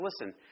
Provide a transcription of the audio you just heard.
listen